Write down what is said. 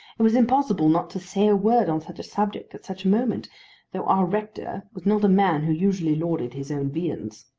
it was impossible not to say a word on such a subject at such a moment though our rector was not a man who usually lauded his own viands.